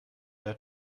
der